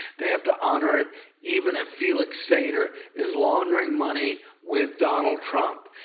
they have to honor it even if felix sater is laundering money with donald trump.